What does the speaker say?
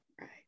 Right